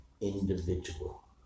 individual